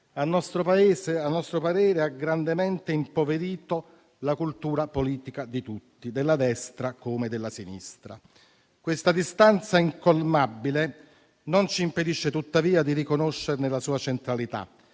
a nostro parere ha grandemente impoverito la cultura politica di tutti, della destra come della sinistra. Questa distanza incolmabile non ci impedisce tuttavia di riconoscerne la sua centralità